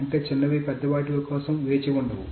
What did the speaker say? అంటే చిన్నవి పెద్ద వాటి కోసం వేచి ఉండవు